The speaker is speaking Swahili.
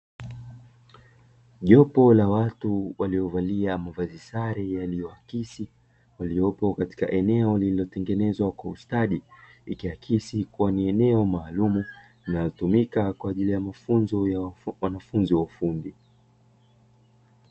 Jopo la watu waliovalia mavazi sare yaliyoakisi, waliopo katika eneo lililotengenzwa kwa ustadi ikiakisi kua ni eneo maalumu inayotumika kwa ajili ya wanafunzi wa ufundi.